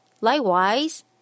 Likewise